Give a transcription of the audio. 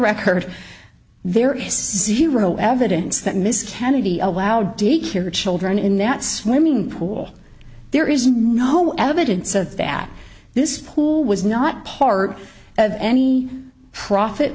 record there is zero evidence that mrs kennedy allowed daycare children in that swimming pool there is no evidence of that this pool was not part of any profit